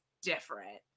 different